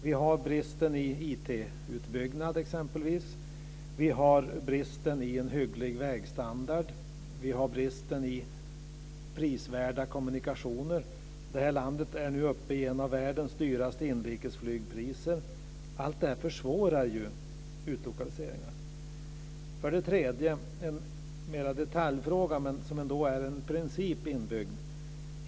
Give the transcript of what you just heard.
Vi har exempelvis bristen på IT-utbyggnad, bristen på hygglig vägstandard och bristen på prisvärda kommunikationer. Det här landet finns nu bland dem med världens dyraste inrikesflygpriser. Detta försvårar utlokaliseringar. Den tredje frågan är mer en detaljfråga, men den har en princip inbyggd.